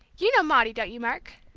you know maudie, don't you, mark?